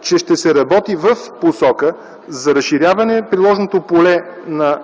че ще се работи в посока разширяване приложното поле на